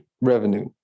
revenue